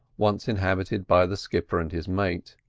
once inhabited by the skipper and his mate.